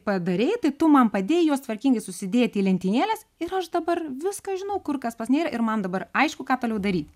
padarei tai tu man padėjai juos tvarkingai susidėti į lentynėles ir aš dabar viską žinau kur kas pasinėrė ir man dabar aišku ką toliau daryt